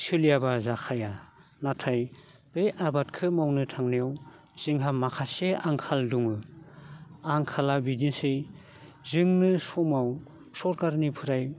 सोलियाब्ला जाखाया नाथाय बे आबादखो मावनो थांनायाव जोंहा माखासे आंखाल दङ आंखाला बिदिसै जोंनो समाव सरखारनिफ्राय